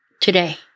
today